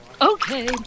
Okay